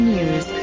News